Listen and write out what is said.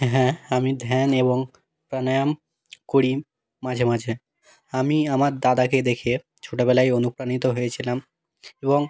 হ্যাঁ আমি ধ্যান এবং প্রাণায়াম করি মাঝে মাঝে আমি আমার দাদাকে দেখে ছোটোবেলায় অনুপ্রাণিত হয়েছিলাম এবং